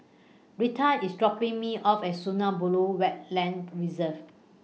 Rheta IS dropping Me off At Sungei Buloh Wetland Reserve